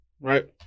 Right